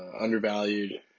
undervalued